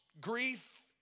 grief